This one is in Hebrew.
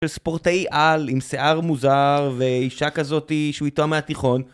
של ספורטאי על עם שיער מוזר ואישה כזאת שהוא איתה מהתיכון